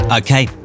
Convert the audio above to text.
Okay